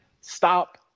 stop